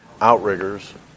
outriggers